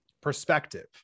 perspective